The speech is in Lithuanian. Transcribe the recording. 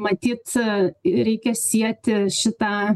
matyt reikia sieti šitą